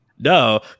No